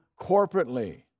corporately